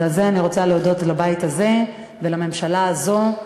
אז על זה אני רוצה להודות לבית הזה ולממשלה הזאת,